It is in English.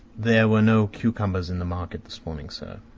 there were no cucumbers in the market this morning, sir.